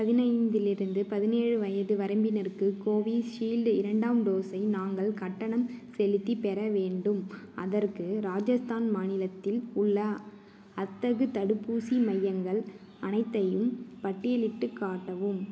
பதினைந்துலிருந்து பதினேழு வயது வரம்பினருக்கு கோவிஷீல்டு இரண்டாம் டோஸை நாங்கள் கட்டணம் செலுத்திப் பெற வேண்டும் அதற்கு ராஜஸ்தான் மாநிலத்தில் உள்ள அத்தகு தடுப்பூசி மையங்கள் அனைத்தையும் பட்டியலிட்டுக் காட்டவும்